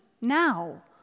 now